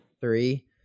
Three